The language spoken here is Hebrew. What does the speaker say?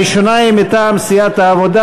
הראשונה היא מטעם סיעת העבודה.